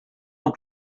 ans